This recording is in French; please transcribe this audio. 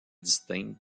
distinct